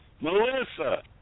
Melissa